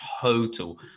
total